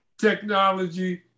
technology